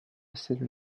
essere